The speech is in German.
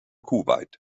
kuwait